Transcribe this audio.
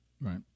Right